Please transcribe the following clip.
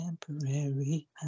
temporary